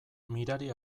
mirari